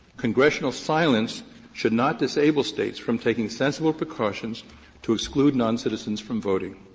congressional silence should not disable states from taking sensible precautions to exclude noncitizens from voting.